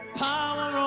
power